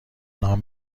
نام